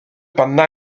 pendant